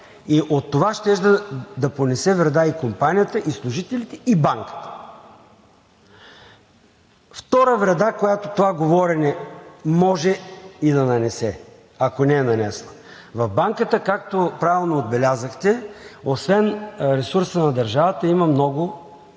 От това щеше да понесе вреда и компанията, и служителите, и Банката – втора вреда, която това говорене може и да нанесе, ако не е нанесло. В Банката, както правилно отбелязахте, освен ресурса на държавата, има много